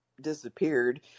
disappeared